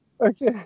Okay